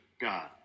God